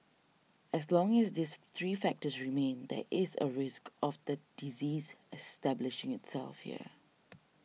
as long as these three factors remain that is a risk of the disease establishing itself here